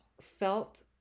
felt